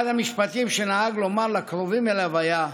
אחד המשפטים שנהג לומר לקרובים אליו היה: